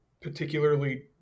particularly